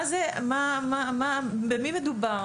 במי מדובר?